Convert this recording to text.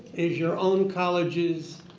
is your own college's